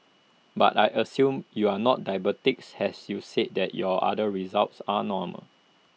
but I assume you are not diabetics as you said that your other results are normal